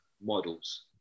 models